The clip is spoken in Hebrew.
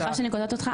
סליחה שאני קוטעת אותך.